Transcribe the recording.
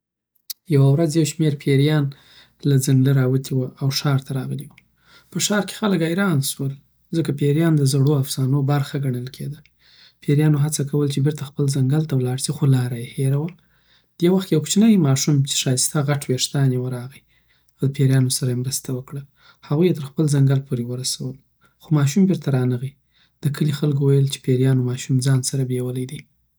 یوه ورځ یو شمیر پیریان له ځنګله راووتي وو او ښار ته راغلي وو. په ښار کې خلک حیران سول، ځکه پېریان د زړو افسانو برخه ګڼل کېده پېریانو هڅه کوله چې بېرته خپل ځنګل ته ولاړ سی، خو لاره ېې هېره وه. دی وخت کی یو کوچنی ماشوم چی ښایسته غټ ویښتان یی وو راغی او له پیریانو سره یی مرسته وکړه هغوی یی تر خپل ځنګل پوری ورسول خو ماشوم بیرته را نه غلی دکلی خلګو ویل چی پیریانوماشو ځان سره بیولی دی